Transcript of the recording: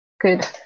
good